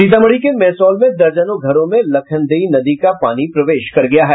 सीतामढ़ी के मेहसौल में दर्जनों घरों में लखदेई नदी का पानी प्रवेश कर गया है